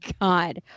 God